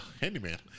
handyman